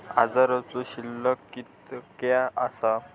आजचो शिल्लक कीतक्या आसा?